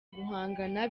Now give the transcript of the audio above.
guhangana